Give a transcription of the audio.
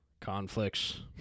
conflicts